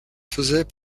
faisait